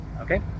okay